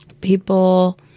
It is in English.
people